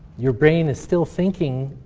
your brain is still thinking